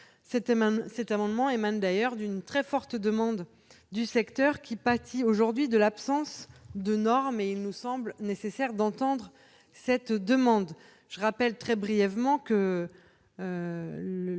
Cette proposition émane d'ailleurs d'une très forte demande du secteur qui pâtit aujourd'hui de l'absence de normes, et il nous semble nécessaire d'entendre cette demande. Je rappelle que la vente